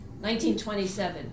1927